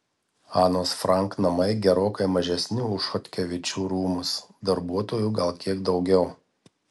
anos frank namai gerokai mažesni už chodkevičių rūmus darbuotojų gal kiek daugiau